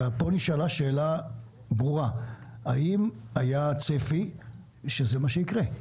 אלא פה נשאלה ברורה האם היה צפי שזה מה שיקרה?